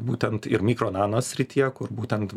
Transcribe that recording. būtent ir mikro nano srityje kur būtent